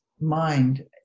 mind